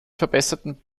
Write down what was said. verbesserten